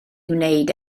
wneud